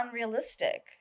unrealistic